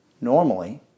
normally